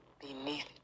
beneath